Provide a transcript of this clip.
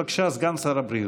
בבקשה, סגן שר הבריאות.